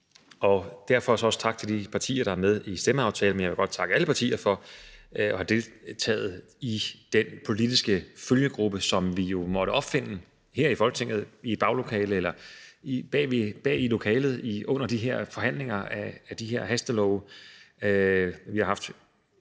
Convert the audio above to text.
vil jeg også sige tak til de partier, der er med i stemmeaftalen, men jeg vil godt takke alle partier for at have deltaget i den politiske følgegruppe, som vi jo måtte opfinde her i Folketinget i et baglokale eller i et lokale bagved under de her forhandlinger om de her hastelove. Vi har haft